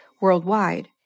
worldwide